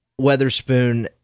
Weatherspoon